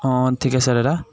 অঁ ঠিক আছে দাদা